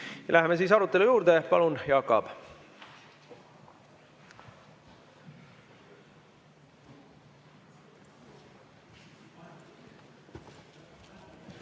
Läheme siis arutelu juurde. Palun, Jaak